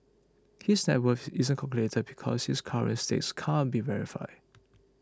his net worth isn't calculated because his current stakes can't be verified